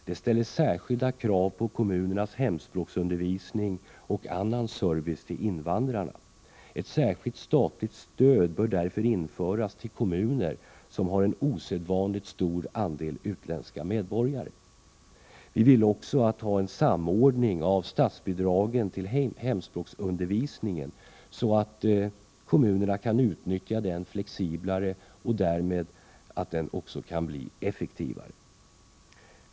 Det ställer särskilda krav på kommunernas hemspråksundervisning och annan service till invandrarna. Ett särskilt statligt stöd bör därför införas till kommuner som har en osedvanligt stor andel utländska medborgare. Vi vill också ha en samordning av statsbidragen till hemspråksundervisningen, så att kommunerna kan utnyttja den flexiblare och göra den effektivare.